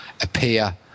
appear